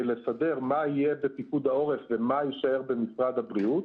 לסדר מה יהיה בפיקוד העורף ומה יישאר במשרד הבריאות